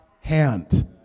hand